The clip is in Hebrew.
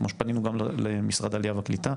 כמו שפנינו גם למשרד העלייה והקליטה,